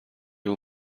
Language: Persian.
اون